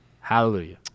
Hallelujah